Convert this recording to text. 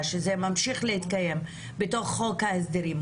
שזה ממשיך להתקיים בתוך חוק ההסדרים,